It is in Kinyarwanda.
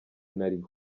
ntari